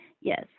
Yes